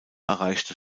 erreichte